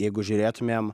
jeigu žiūrėtumėm